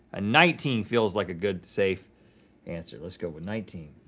a nineteen feels like a good, safe answer. let's go with nineteen.